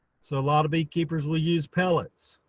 so a lot of beekeepers will use pellets.